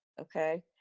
Okay